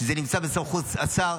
כשזה נמצא בסמכות השר.